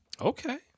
Okay